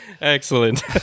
excellent